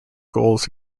goals